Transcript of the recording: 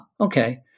okay